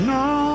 no